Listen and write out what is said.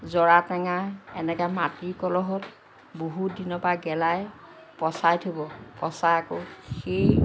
জৰাটেঙা এনেকৈ মাটিৰ কলহত বহুতদিনৰ পৰা গেলাই পচাই থ'ব পচাই আকৌ সেই